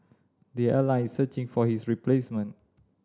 the airline is searching for his replacement